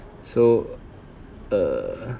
so err